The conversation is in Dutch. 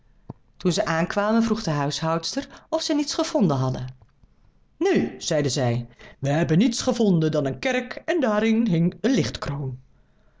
toen zij aankwamen vroeg de huishoudster of zij niets gevonden hadden neen zeiden zij wij hebben niets gevonden dan een kerk en daarin hing een